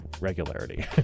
regularity